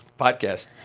Podcast